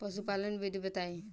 पशुपालन विधि बताई?